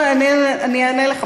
אני אענה לך.